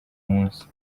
munsi